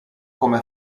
come